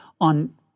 on